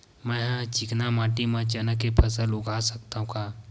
मै ह चिकना माटी म चना के फसल उगा सकथव का?